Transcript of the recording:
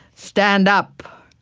stand up.